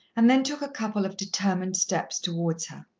and then took a couple of determined steps towards her.